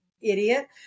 idiot